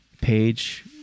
page